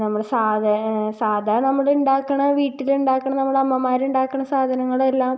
നമ്മുടെ സാധേ സാദാ നമ്മളുണ്ടാക്കണെ വീട്ടിലുണ്ടാക്കാണ നമ്മടമ്മമാരുണ്ടാക്കണ സാധനങ്ങളെല്ലാം